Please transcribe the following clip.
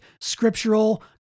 scriptural